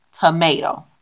tomato